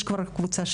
יש כבר קבוצה שסיימה.